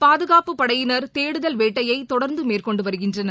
பாதுகாப்பு படையினர் தேடுதல் வேட்டையைதொடர்ந்துமேற்கொண்டுவருகின்றனர்